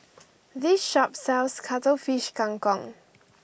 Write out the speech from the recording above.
this shop sells Cuttlefish Kang Kong